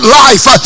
life